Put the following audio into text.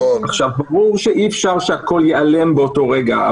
ברור שאי אפשר שהכול ייעלם באותו רגע,